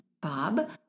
Bob